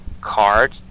card